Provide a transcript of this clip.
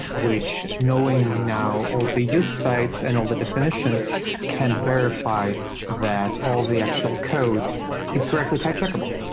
which knowing now all the use sites and all the defi nitions can verify that all the actual code is correctly type checkable.